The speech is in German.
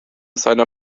seiner